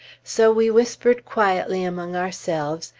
so we whispered quietly among ourselves,